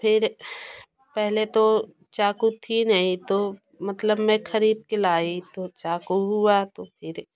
फिर पहले दो चाकू थी नहीं तो मतलब मैं खरीद के लाई तो चाकू हुआ तो फिर